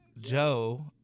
Joe